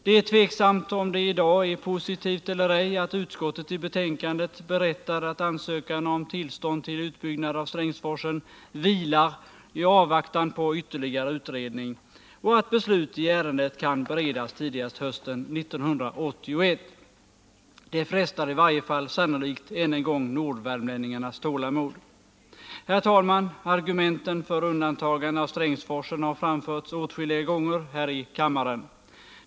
Det är tveksamt om det i dag är positivt eller ej att utskottet i betänkandet berättar att ansökan om tillstånd till utbyggnad av Strängsforsen vilar i avvaktan på ytterligare utredning och att beslut i ärendet kan beredas tidigast hösten 1981. Det frestar i varje fall sannolikt än en gång nordvärmlänningarnas tålamod. Herr talman! Argumenten för undantagande av Strängsforsen har framförts åtskilliga gånger här i kammaren.